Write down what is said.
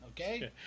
okay